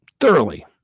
thoroughly